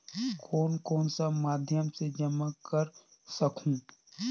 कौन कौन सा माध्यम से जमा कर सखहू?